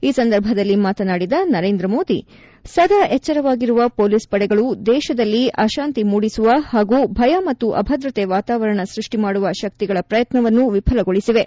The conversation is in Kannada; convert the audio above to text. ಈ ಸಂದರ್ಭದಲ್ಲಿ ಮಾತನಾಡಿದ ನರೇಂದ್ರ ಮೋದಿ ಅವರು ಸದಾ ಎಚ್ಚರವಾಗಿರುವ ಪೊಲೀಸ್ ಪಡೆಗಳು ದೇಶದಲ್ಲಿ ಅಶಾಂತಿ ಮೂಡಿಸುವ ಹಾಗೂ ಭಯ ಮತ್ತು ಅಭದ್ರತೆ ವಾತಾವರಣ ಸೃಷ್ಠಿ ಮಾಡುವ ಶಕ್ತಿಗಳ ಪ್ರಯತ್ನವನ್ನು ವಿಫಲಗೊಳಿಸಿವೆ